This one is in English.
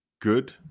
good